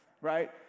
Right